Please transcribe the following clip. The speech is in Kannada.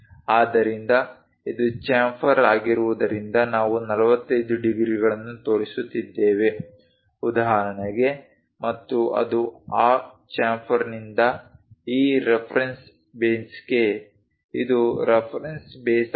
ಆದ್ದರಿಂದ ಇದು ಚ್ಯಾಂಪರ್ ಆಗಿರುವುದರಿಂದ ನಾವು 45 ಡಿಗ್ರಿಗಳನ್ನು ತೋರಿಸುತ್ತಿದ್ದೇವೆ ಉದಾಹರಣೆಗೆ ಮತ್ತು ಅದು ಆ ಚ್ಯಾಮ್ಫರ್ನಿಂದ ಈ ರೆಫರೆನ್ಸ್ ಬೇಸ್ಗೆ ಇದು ರೆಫರೆನ್ಸ್ ಬೇಸ್ ಆಗಿದೆ